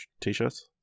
t-shirts